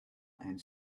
and